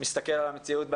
מסתכל על המציאות בעיניים,